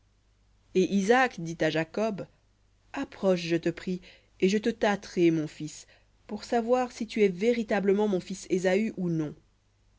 et isaac dit à jacob approche je te prie et je te tâterai mon fils si tu es véritablement mon fils ésaü ou non